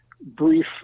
brief